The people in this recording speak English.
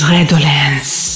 Redolence